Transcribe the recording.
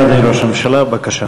כן, אדוני ראש הממשלה, בבקשה.